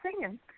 singing